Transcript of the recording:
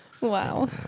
Wow